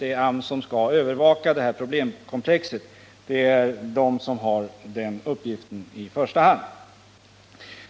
Det är AMS som skall övervaka det här problemkomplexet. Det är AMS som har denna uppgift i första hand.